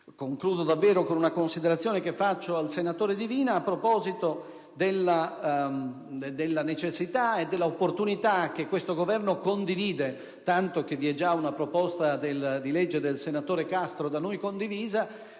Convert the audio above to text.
Concludo con una considerazione rivolta al senatore Divina, a proposito della necessità e dell'opportunità, su cui questo Governo concorda, tanto che vi è già una proposta di legge del senatore Castro da noi condivisa,